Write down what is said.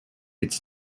its